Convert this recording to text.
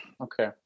Okay